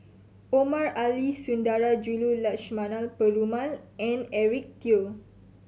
Omar Ali Sundarajulu Lakshmana Perumal and Eric Teo